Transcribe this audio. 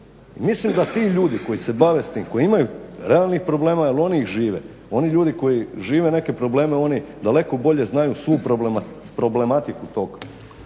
mislim da ti ljudi koji se bave s tim, koji imaju ravnih problema jer oni ih žive, oni ljudi koji žive neke probleme oni daleko bolje znaju svu problematiku tog